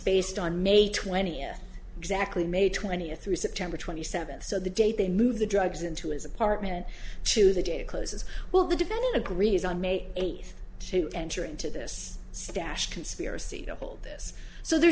based on may twentieth exactly may twentieth through september twenty seventh so the date they move the drugs into his apartment to the date close as well the defendant agrees on may eighth to enter into this stash conspiracy to hold this so there